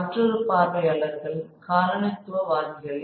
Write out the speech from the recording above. மற்றொரு பார்வையாளர்கள் காலனித்துவவாதிகளே